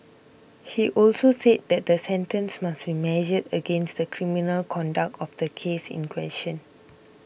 he also said that the sentence must be measured against the criminal conduct of the case in question